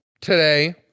today